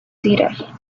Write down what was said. tirar